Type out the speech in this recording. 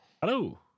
Hello